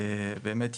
באמת,